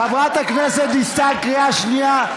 חברת הכנסת דיסטל, קריאה שנייה.